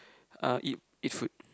uh eat eat food